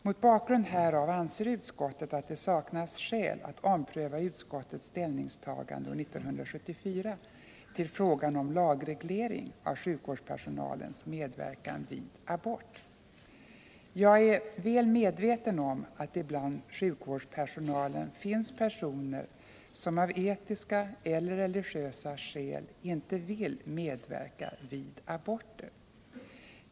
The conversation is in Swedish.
Mot bakgrund härav anser utskottet att det saknas skäl att ompröva utskottets ställningstagande år 1974 till frågan om lagreglering av sjukvårdspersonalens medverkan vid abort. Jag är väl medveten om att det bland sjukvårdspersonalen finns personer som av etiska eller religiösa skäl inte vill medverka vid aborter.